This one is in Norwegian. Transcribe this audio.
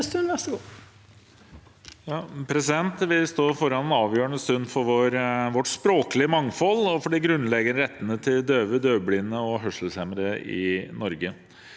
Vi står foran en avgjø- rende stund for vårt språklige mangfold og for de grunnleggende rettene til døve, døvblinde og hørselshemmede i Norge.